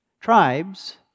tribes